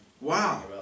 wow